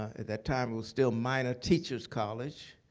at that time, it was still minor teachers college.